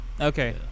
Okay